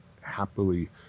happily